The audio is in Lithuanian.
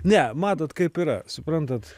ne matot kaip yra suprantat